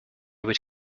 would